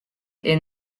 est